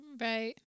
Right